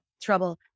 trouble